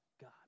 God